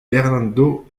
bernardo